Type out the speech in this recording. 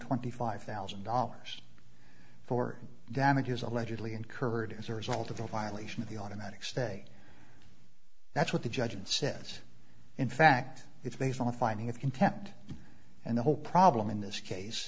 twenty five thousand dollars for damages allegedly incurred as a result of the violation of the automatic state that's what the judge and says in fact it's based on a finding of contempt and the whole problem in this case